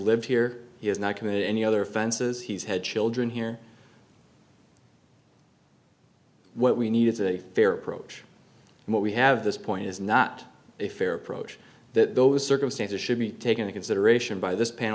lived here he has not committed any other offenses he's had children here what we need is a fair approach and what we have this point is not a fair approach that those circumstances should be taken in consideration by this pan